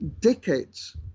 decades